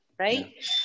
Right